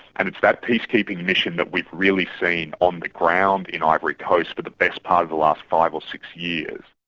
and it's that peacekeeping mission that we've really seen on the ground in ivory coast for the best part of the last five or six years.